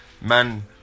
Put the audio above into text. Man